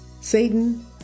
Satan